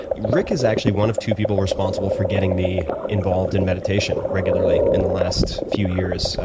rick is actually one of two people responsible for getting me involved in meditation regularly in the last few years.